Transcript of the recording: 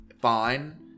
fine